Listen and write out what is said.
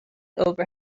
over